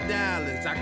dollars